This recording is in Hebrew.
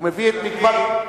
הוא מביא את מגוון,